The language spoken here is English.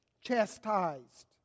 chastised